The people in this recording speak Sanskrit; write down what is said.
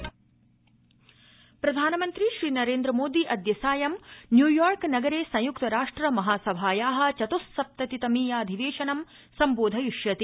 प्रधानमन्त्री प्रधानमन्त्री श्रीनरेन्द्रमोदी अद्य सायं न्यूयॉर्कनगरे संय्क्त राष्ट्र महासभाया चत्स्सप्तति तमीयाधिवेशनं संबोधयिष्यति